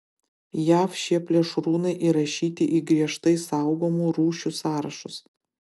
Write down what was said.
jav šie plėšrūnai įrašyti į griežtai saugomų rūšių sąrašus